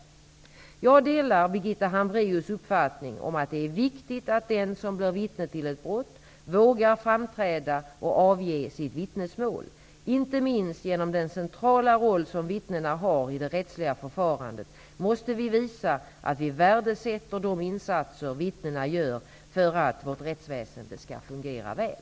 Jag delar Birgitta Hambraeus uppfattning att det är viktigt att den som blir vittne till ett brott vågar framträda och avge sitt vittnesmål. Inte minst genom den centrala roll som vittnena har i det rättsliga förfarandet måste vi visa att vi värdesätter de insatser vittnena gör för att vårt rättsväsende skall fungera väl.